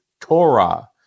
Torah